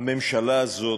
הממשלה הזאת,